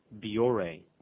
Biore